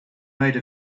made